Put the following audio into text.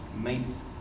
meets